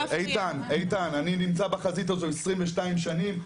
איתן, אני נמצא בחזית הזו 22 שנים.